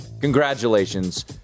congratulations